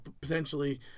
potentially